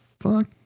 fuck